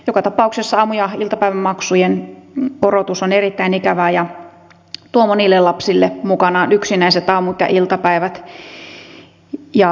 joka tapauksessa aamu ja iltapäivämaksujen korotus on erittäin ikävää ja tuo monille lapsille mukanaan yksinäiset aamut ja iltapäivät